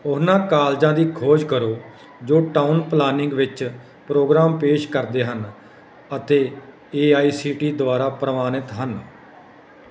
ਉਹਨਾਂ ਕਾਲਜਾਂ ਦੀ ਖੋਜ ਕਰੋ ਜੋ ਟਾਊਨ ਪਲਾਨਿੰਗ ਵਿੱਚ ਪ੍ਰੋਗਰਾਮ ਪੇਸ਼ ਕਰਦੇ ਹਨ ਅਤੇ A I C T E ਦੁਆਰਾ ਪ੍ਰਵਾਨਿਤ ਹਨ